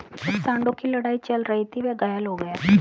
जब सांडों की लड़ाई चल रही थी, वह घायल हो गया